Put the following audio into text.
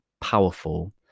powerful